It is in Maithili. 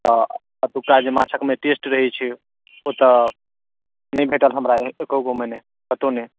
तऽ एतुका जे माछमे टेस्ट रहै छै ओतऽ नहि भेटल हमरा एको गो मे नहि कतौ नहि